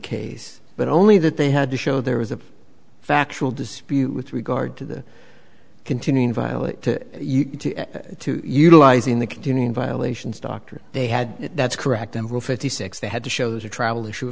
case but only that they had to show there was a factual dispute with regard to the continuing violet to utilizing the continuing violations doctrine they had that's correct and were fifty six they had to shows a travel issue